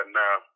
now